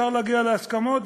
אפשר להגיע להסכמות,